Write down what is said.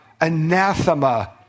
anathema